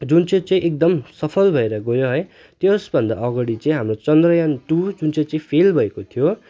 जुन चाहिँ चाहिँ एकदम सफल भएर गयो है त्यसभन्दा अगडि चाहिँ हाम्रो चन्द्रयान टु जुन चाहिँ चाहिँ फेल भएको थियो